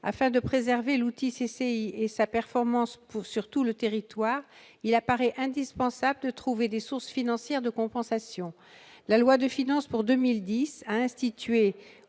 Afin de préserver l'outil des CCI et sa performance sur tout le territoire, il apparaît indispensable de trouver des sources financières de compensation. Or le 5.3.5 de l'article